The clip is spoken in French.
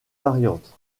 variantes